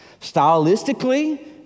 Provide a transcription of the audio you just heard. stylistically